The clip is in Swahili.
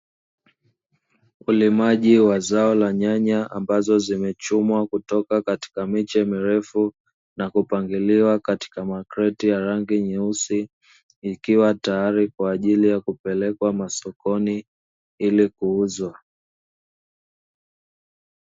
Ulimaji wa zao la nyanya ambazo zimechumwa kutoka katika miche mirefu, na kupangiliwa katika makreti ya rangi nyeusi, ikiwa tayari kwa ajili ya kupelekwa masokoni ili kuuzwa.